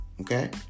Okay